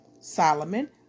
Solomon